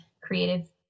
creative